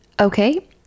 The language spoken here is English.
Okay